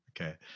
Okay